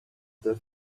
the